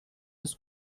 ist